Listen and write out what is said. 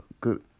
good